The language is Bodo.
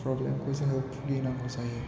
प्रब्लेमखौ जोङो बुगिनांगौ जायो